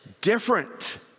Different